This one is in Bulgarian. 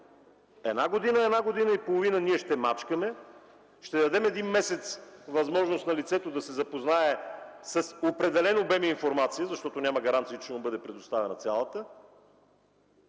една година, една година и половина ние ще мачкаме, а ще дадем един месец възможност на лицето да се запознае с определен обем информация, защото няма гаранции, че ще му бъде предоставена цялата